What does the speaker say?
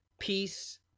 peace